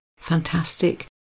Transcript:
Fantastic